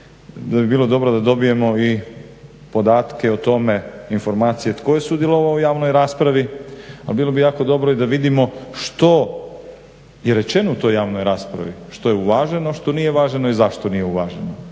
da bi bilo dobro da dobijemo i podatke o tome, informacije, tko je sudjelovao u javnoj raspravi. Ali bilo bi jako dobro i da vidimo što je rečeno u toj javnoj raspravi, što je uvaženo, što nije uvaženo i zašto nije uvaženo.